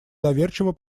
доверчиво